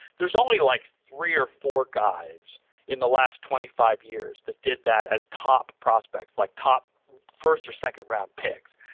there's only like three or four guys in the last twenty five years that did that as top prospects like top first or second round picks.